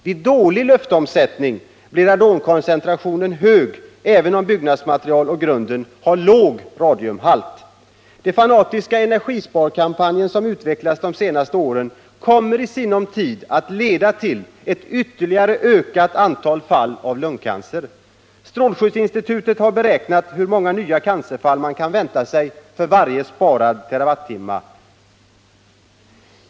Vid dålig luftomsättning blir radonkoncentrationen hög, även om byggnadsmaterialet och grunden har låg radiumhalt. Den fanatiska energisparkampanj som utvecklats de senaste åren kommer i sinom tid att leda till ett ytterligare ökat antal fall av lungcancer. Strålskyddsinstitutet har beräknat hur många nya cancerfall man kan vänta sig för varje sparad terawattimme.